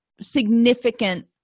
significant